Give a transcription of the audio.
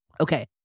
Okay